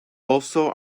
also